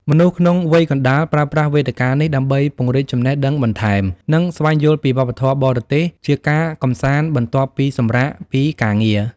មនុស្សក្នុងវ័យកណ្ដាល ប្រើប្រាស់វេទិកានេះដើម្បីពង្រីកចំណេះដឹងបន្ថែម និងស្វែងយល់ពីវប្បធម៌បរទេសជាការកម្សាន្តបន្ទាប់ពីសម្រាកពីការងារ។